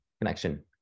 Connection